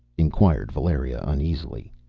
inquired valeria uneasily.